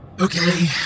Okay